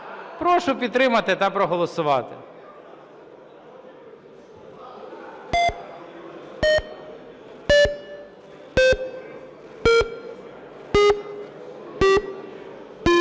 Прошу підтримати та проголосувати.